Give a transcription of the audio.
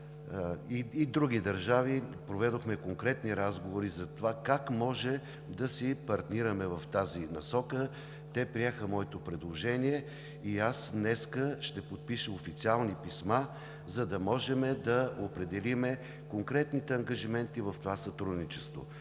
и други държави, проведохме конкретни разговори за това как може да си партнираме в тази насока. Те приеха моето предложение и днес ще подпиша официални писма, за да можем да определим конкретните ангажименти в това сътрудничество,